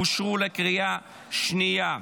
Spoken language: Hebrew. אושרו בקריאה השנייה.